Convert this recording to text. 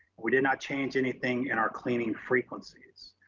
we did not change anything in our cleaning frequencies.